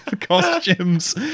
costumes